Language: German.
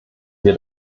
wir